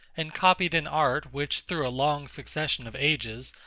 and copied an art, which, through a long succession of ages,